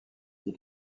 ils